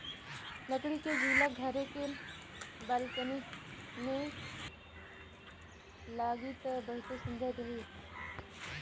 लकड़ी के झूला घरे के बालकनी में लागी त बहुते सुंदर रही